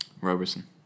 Roberson